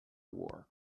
work